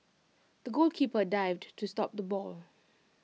the goalkeeper dived to stop the ball